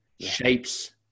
shapes